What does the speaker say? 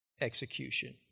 execution